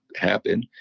happen